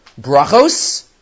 Brachos